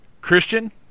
christian